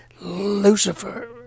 Lucifer